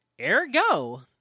Ergo